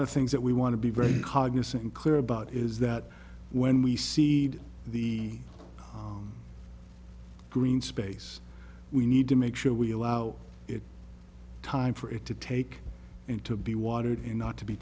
of the things that we want to be very cognizant and clear about is that when we see the green space we need to make sure we allow it time for it to take him to be watered and not to be